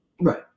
Right